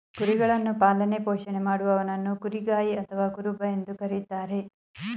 ಕುರಿಗಳನ್ನು ಪಾಲನೆ ಪೋಷಣೆ ಮಾಡುವವನನ್ನು ಕುರಿಗಾಯಿ ಅಥವಾ ಕುರುಬ ಎಂದು ಕರಿತಾರೆ